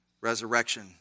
resurrection